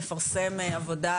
יפרסם עבודה,